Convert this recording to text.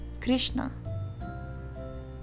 Krishna